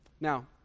Now